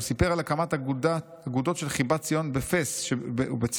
הוא סיפר על הקמת אגודות של חיבת ציון בפאס ובצפרו